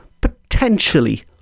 potentially